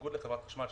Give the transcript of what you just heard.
בניגוד לחברת החשמל,